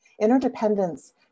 Interdependence